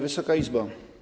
Wysoka Izbo!